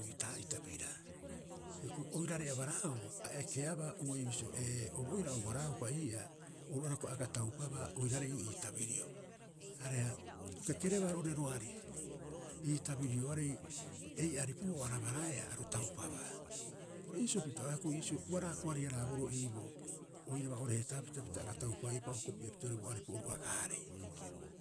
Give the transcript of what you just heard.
Oitaa'ita biraa. Hioko'i oiraarei abaraauba, a ekeabaa uei bisio ee oru oira a ubaraaupa ii'aa oru oira hioko'i a aga taupabaa oiraarei ii'oo ii tabirio, areha o kekerabaa roo'ore roari ii tabirioarei ei aripu'oo a rabaraea aro taupabaa. Ori iisio hioko'i pita'oeea iisio, ua raakori- haraaboroo iiboo oiraba oo'ore heetaapita pita aga taupaeupa o hokopi'e pitee bo aripu oru agaarei.